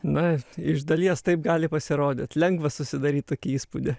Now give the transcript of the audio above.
na iš dalies taip gali pasirodyt lengva susidaryt tokį įspūdį